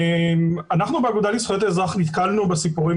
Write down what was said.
אנחנו באגודה לזכויות האזרח נתקלנו בסיפורים